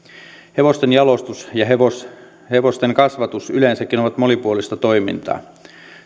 hevosten jalostus ja hevosten hevosten kasvatus yleensäkin ovat monipuolista toimintaa